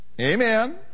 Amen